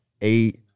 eight